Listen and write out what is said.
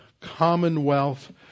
commonwealth